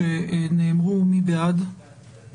אחרי פרט (4א) יבוא: יבוא (4א1),